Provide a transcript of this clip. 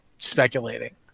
speculating